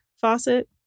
faucet